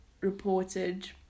reported